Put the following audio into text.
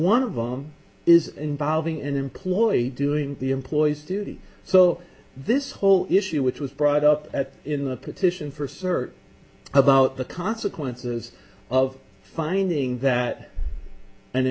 one of them is involving an employee doing the employee's duty so this whole issue which was brought up at in the petition for cert about the consequences of finding that an